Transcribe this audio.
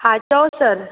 हा चओ सर